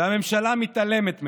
והממשלה מתעלמת מהם,